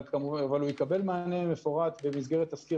אבל הוא יקבל מענה מפורט במסגרת תסקיר